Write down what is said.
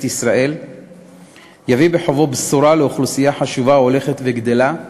ישראל יביא בשורה לאוכלוסייה חשובה ההולכת וגדלה,